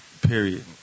period